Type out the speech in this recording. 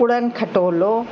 उड़न खटोलो